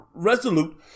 Resolute